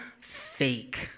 fake